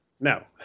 No